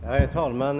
Herr talman!